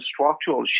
structural